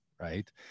right